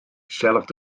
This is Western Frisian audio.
gesellich